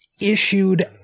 issued